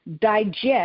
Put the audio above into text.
digest